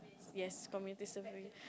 yes community service